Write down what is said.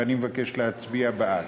ואני מבקש להצביע בעד.